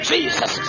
Jesus